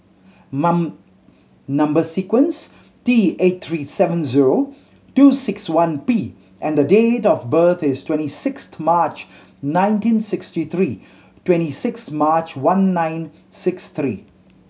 number sequence T eight three seven zero two six one P and date of birth is twenty sixth March nineteen sixty three twenty six March one nine six three